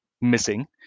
missing